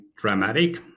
dramatic